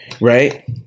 right